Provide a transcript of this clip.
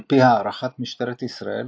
ע"פ הערכת משטרת ישראל,